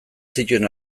zituen